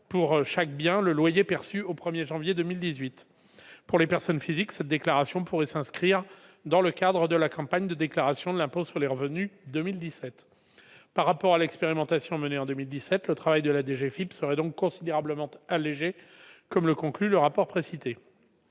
pour chaque bien, le loyer perçu au 1 janvier 2018. Pour les personnes physiques, cette déclaration pourrait s'inscrire dans le cadre de la campagne de déclaration de l'impôt sur les revenus de 2017. Par rapport à l'expérimentation menée en 2017, le travail de la DGFiP serait donc considérablement allégé, comme le conclut le rapport précité.